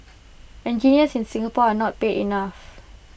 engineers in Singapore are not paid enough